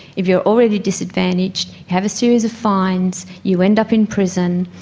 if you are already disadvantaged, have a series of fines, you end up in prison,